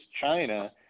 China